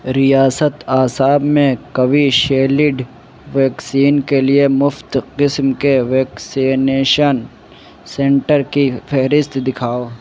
ریاست آسام میں Covishield vaccine کے لیے مفت قسم کے ویکسینیشن سینٹر کی فہرست دکھاؤ